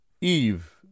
Eve